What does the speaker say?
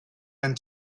and